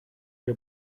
que